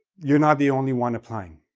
you're not the only one applying.